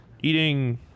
eating